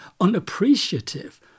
unappreciative